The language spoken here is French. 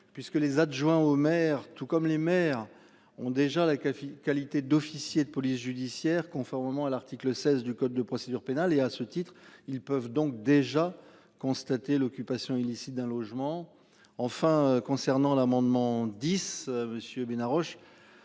puisque les adjoints au maire, tout comme les maires ont déjà la CAF qualité d'officier de police judiciaire, conformément à l'article 16 du code de procédure pénale et à ce titre, ils peuvent donc déjà constater l'occupation illicite d'un logement. Enfin concernant l'amendement 10 monsieur Bena Roche.